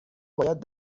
باید